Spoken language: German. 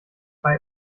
bei